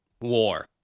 war